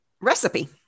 recipe